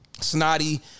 Snotty